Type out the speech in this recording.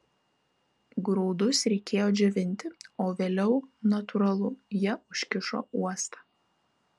grūdus reikėjo džiovinti o vėliau natūralu jie užkišo uostą